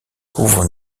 couvre